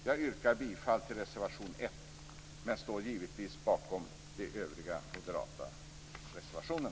Jag yrkar bifall till reservation 1 men står givetvis bakom även övriga moderata reservationer.